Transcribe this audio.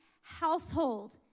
household